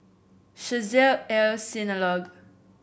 Chesed El Synagogue